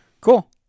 Cool